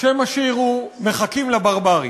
שם השיר הוא: "מחכים לברברים".